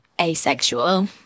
asexual